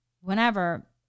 whenever